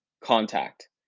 contact